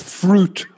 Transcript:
fruit